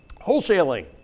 Wholesaling